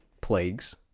plagues